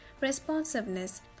responsiveness